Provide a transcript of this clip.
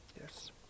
Yes